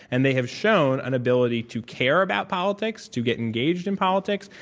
and they have shown an ability to care about politics, to get engaged in politics,